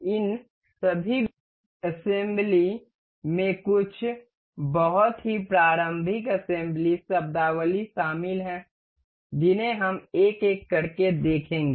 इन सभी विधानसभाओं में कुछ बहुत ही प्रारंभिक विधानसभा शब्दावली शामिल हैं जिन्हें हम एक एक करके देखेंगे